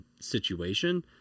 situation